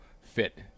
fit